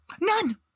None